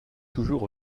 toujours